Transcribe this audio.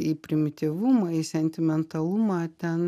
į primityvumą į sentimentalumą ten